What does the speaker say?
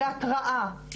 להתראה,